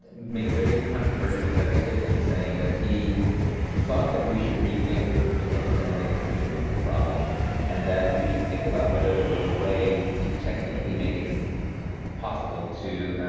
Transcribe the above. made a very controversial set of statements saying that he thought that we should rethink the end to end encryption problem and that we should think about whether there was a way to technically make it it possible to